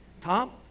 Tom